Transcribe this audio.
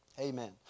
Amen